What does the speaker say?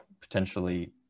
potentially